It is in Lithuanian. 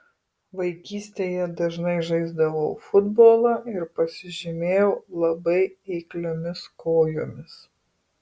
vaikystėje dažnai žaisdavau futbolą ir pasižymėjau labai eikliomis kojomis